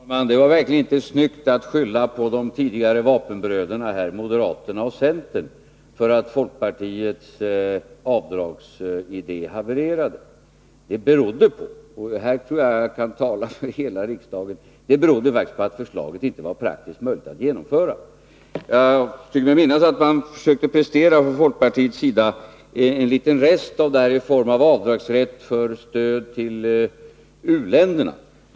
Herr talman! Det var verkligen inte snyggt att skylla på de tidigare vapenbröderna, moderaterna och centern, därför att folkpartiets avdragsidéer havererade. Det berodde faktiskt på, och här tror jag att jag kan tala för hela riksdagen, att förslaget inte var möjligt att genomföra praktiskt. Jag tycker mig minnas att man från folkpartiets sida försökte prestera en liten rest av detta förslag i form av rätten till avdrag för stöd till u-länderna.